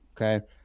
Okay